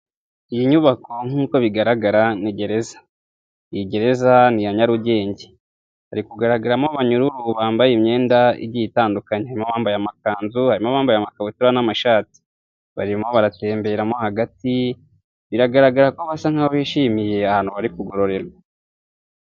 Iyi nyubako nkuko bigaragara ni gereza iyi gereza niya nyarugenge hari kugaragaramo abanyururu bambaye imyenda igiye itandukanye bambaye amakanzu barimo bambaye amakabutura n'amashati barimo baratemberamo hagati biragaragara nkaho bishimiye ahantu bari kugororerwa.